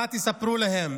מה תספרו להם?